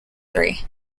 three